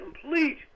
complete